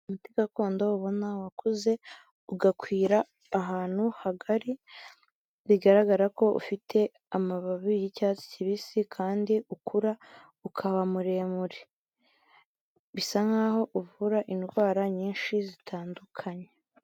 Umuti gakondo ubona wakuze ugakwira ahantu hagari, bigaragara ko ufite amababi y'icyatsi kibisi kandi ukura ukaba muremure bisa nkaho uvura indwara nyinshi zitandukanye.